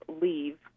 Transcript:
leave